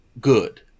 good